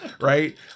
right